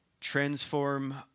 transform